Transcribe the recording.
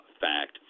fact